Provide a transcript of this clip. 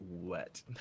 wet